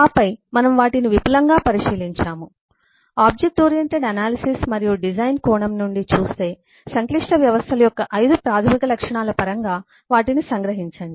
ఆపై మనము వాటిని విపులంగా పరిశీలించాము ఆబ్జెక్ట్ ఓరియెంటెడ్ అనాలిసిస్ మరియు డిజైన్ కోణం నుండి చూసే సంక్లిష్ట వ్యవస్థల యొక్క 5 ప్రాథమిక లక్షణాల పరంగా వాటిని సంగ్రహించండి